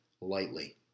lightly